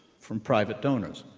from private donors.